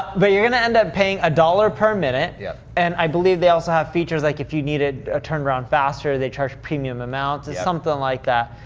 but you're gonna end up paying a dollar per minute. yeah and i believe they also have features, like if you needed a turn around faster, they charge premium amounts. yeah. it's something like that.